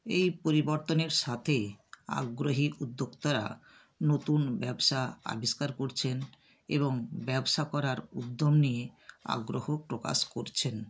এই পরিবর্তনের সাথে আগ্রহী উদ্যোক্তারা নতুন ব্যবসা আবিষ্কার করছেন এবং ব্যবসা করার উদ্যম নিয়ে আগ্রহ প্রকাশ করছেন